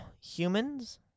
Humans